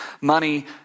Money